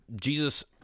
Jesus